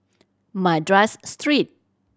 Madras Street